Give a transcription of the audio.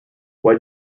why